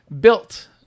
built